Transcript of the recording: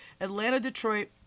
Atlanta-Detroit